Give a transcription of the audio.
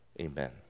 Amen